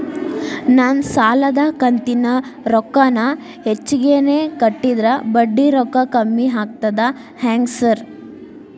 ನಾನ್ ಸಾಲದ ಕಂತಿನ ರೊಕ್ಕಾನ ಹೆಚ್ಚಿಗೆನೇ ಕಟ್ಟಿದ್ರ ಬಡ್ಡಿ ರೊಕ್ಕಾ ಕಮ್ಮಿ ಆಗ್ತದಾ ಹೆಂಗ್ ಸಾರ್?